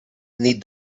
nit